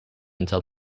until